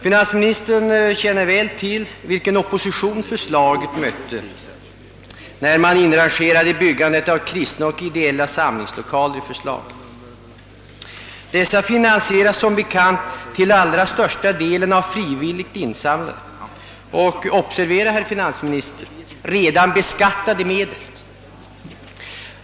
Finansministern känner väl till vilken opposition det mötte när man inrangerade byggandet av kristna och ideella samlingslokaler i förslaget. Dessa finansieras som bekant till allra största delen av frivilligt insamlade och — observera herr finansminister — redan beskattade medel.